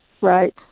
Right